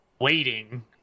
waiting